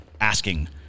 asking